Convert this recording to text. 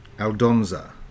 Aldonza